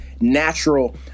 natural